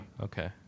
okay